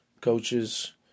coaches